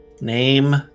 name